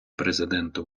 президента